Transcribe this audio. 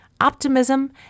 optimism